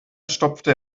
stopfte